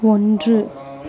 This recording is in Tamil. ஒன்று